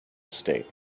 state